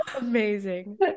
amazing